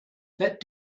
that